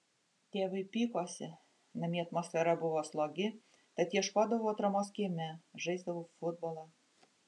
tėvai pykosi namie atmosfera buvo slogi tad ieškodavau atramos kieme žaisdavau futbolą